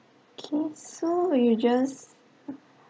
okay so you just